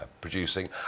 producing